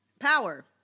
Power